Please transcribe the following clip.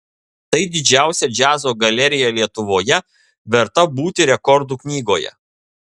tai didžiausia džiazo galerija lietuvoje verta būti rekordų knygoje